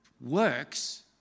Works